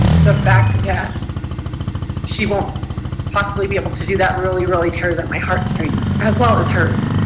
but back to that she won't possibly be able to do that really really tears up my heartstrings as well as hers.